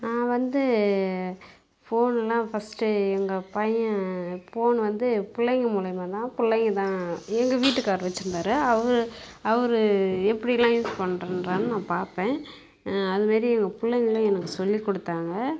நான் வந்து ஃபோனெலாம் ஃபஸ்ட்டு எங்கள் பையன் போன் வந்து பிள்ளைங்க மூலிமாதான் பிள்ளைங்க தான் எங்கள் வீட்டுக்காரர் வச்சுருந்தாரு அவரு அவரு எப்படிலாம் யூஸ் பண்ணுறாருன்னு நான் பார்ப்பேன் அதுமாரி எங்கள் பிள்ளைங்களும் எனக்கு சொல்லி கொடுத்தாங்க